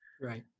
right